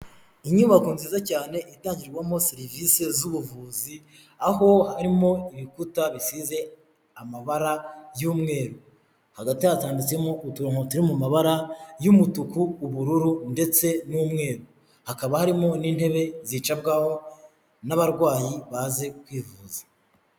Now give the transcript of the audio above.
Inyubako nziza cyane itangirwamo serivise z'ubuvuzi aho harimo ibikuta bisize amabara y'umweru, hagati hatambitsemo uturongo turi mu mabara y'umutuku, ubururu ndetse n'umweru, hakaba harimo n'intebe zicarwaho n'abarwayi baje kwivuza.